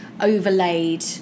overlaid